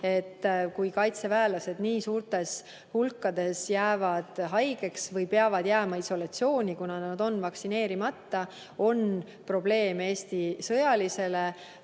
kui kaitseväelased nii suurtes hulkades jäävad haigeks või peavad jääma isolatsiooni, kuna nad on vaktsineerimata, siis see on probleem Eesti sõjalisele